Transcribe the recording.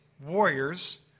warriors